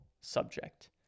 subject